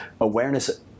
awareness